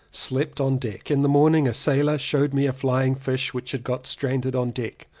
slept on deck. in the morning a sailor showed me a flying fish which had got stranded on deck.